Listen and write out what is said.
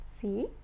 see